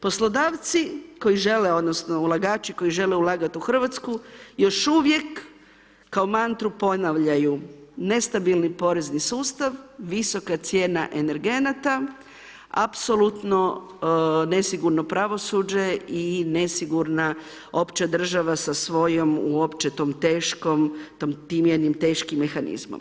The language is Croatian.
Poslodavci koji žele odnosno ulagači koji žele ulagati u RH još uvijek kao mantru ponavljaju, nestabilni porezni sustav, visoka cijena energenata, apsolutno nesigurno pravosuđe i nesigurna opća država sa svojom uopće tom teškom, tim jednim teškim mehanizmom.